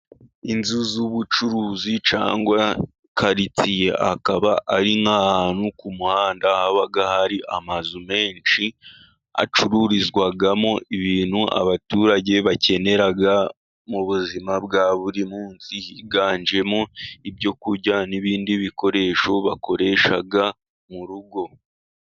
Inzu z'ubucuruzi cyangwa karirtsiye. Akaba ari nk'ahantu ku muhanda haba hari amazu menshi acururizwamo ibintu abaturage bakenera, mu buzima bwa buri munsi. Ziganjemo ibyo kurya n'ibindi bikoresho bakoresha mu rugo.